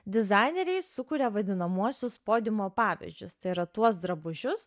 dizaineriai sukuria vadinamuosius podiumo pavyzdžius tai yra tuos drabužius